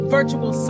Virtual